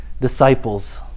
disciples